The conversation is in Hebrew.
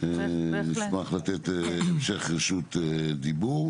נשמח לתת המשך רשות דיבור.